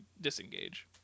disengage